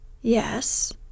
Yes